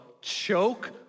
choke